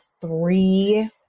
three